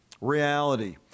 reality